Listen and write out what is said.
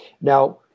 Now